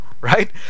right